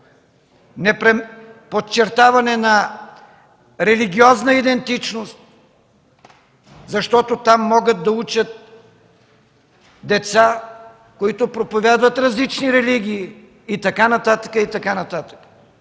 подчертаване на религиозна идентичност. Защото там могат да учат деца, които проповядват различни религии и така нататък и така нататък.